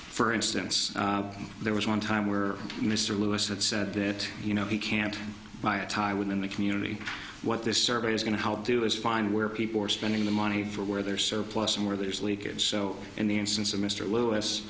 for instance there was one time where mr lewis that said that you know he can't buy a tie within the community what this survey is going to help do is find where people are spending the money for where they're surplus and where there's leakage so in the instance of mr lewis